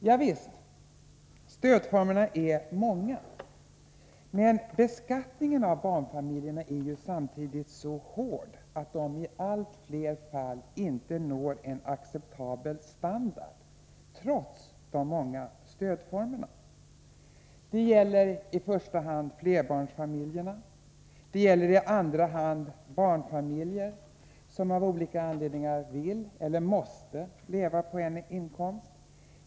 Javisst, stödformerna är många, men beskattningen av barnfamiljerna är ju samtidigt så hård att de i allt flera fall inte når en acceptabel standard trots de många stödformerna. Det gäller i första hand flerbarnsfamiljerna. Det gäller i andra hand barnfamiljer som av olika anledningar vill eller måste leva på en inkomst.